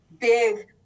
big